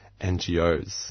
NGOs